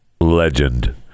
legend